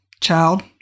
child